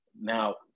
now